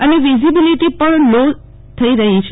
અને વીઝીબીલીટી પણ લો રહી છે